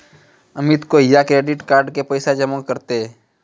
अमित कहिया क्रेडिट कार्डो के पैसा जमा करतै?